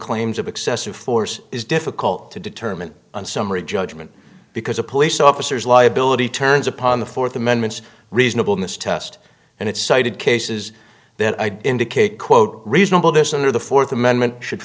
claims of excessive force is difficult to determine on summary judgment because a police officer is a liability turns upon the fourth amendment reasonable in this test and it cited cases then i'd indicate quote reasonable this under the fourth amendment should